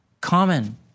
common